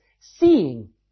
seeing